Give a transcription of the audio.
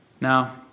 Now